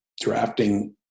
drafting